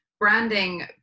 Branding